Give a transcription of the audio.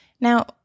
Now